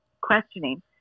questioning